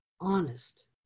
honest